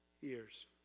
years